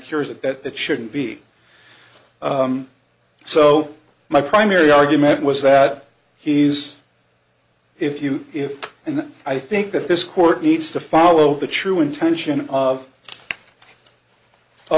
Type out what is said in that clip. here is that it shouldn't be so my primary argument was that he's if you if and i think that this court needs to follow the true intention of o